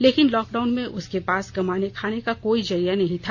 लेकिन लॉकडाउन में उसके पास कमाने खाने का कोई जरिया नहीं था